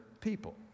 people